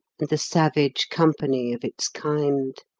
and the savage company of its kind.